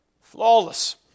Flawless